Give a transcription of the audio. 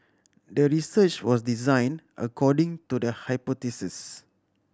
the research was designed according to the hypothesis